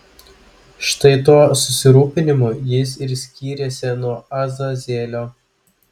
štai tuo susirūpinimu jis ir skyrėsi nuo azazelio